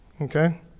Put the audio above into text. Okay